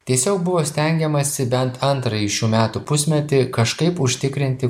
tiesiog buvo stengiamasi bent antrąjį šių metų pusmetį kažkaip užtikrinti